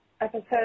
episode